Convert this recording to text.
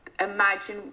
imagine